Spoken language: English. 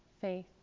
faith